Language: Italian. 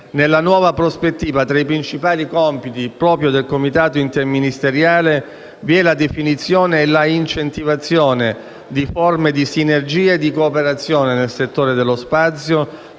Nella nuova prospettiva, tra i principali obiettivi del comitato interministeriale vi è la definizione e l'incentivazione di forme di sinergia e di cooperazione nel settore spaziale